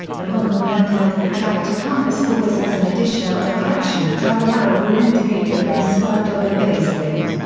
the modern hand-held protractor compass always has an additional direction-of-travel arrow or indicator inscribed on the baseplate.